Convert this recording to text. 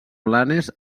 blanes